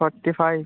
forty five